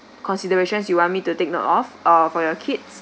considerations you want me to take note of uh for your kids